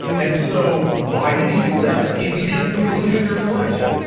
and so why did he do that if he didn't do collusion during election?